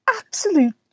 absolute